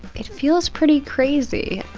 it feels pretty crazy.